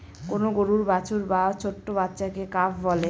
কোন গরুর বাছুর বা ছোট্ট বাচ্চাকে কাফ বলে